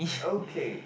okay